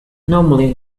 normally